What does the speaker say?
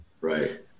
Right